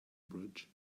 bridge